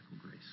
grace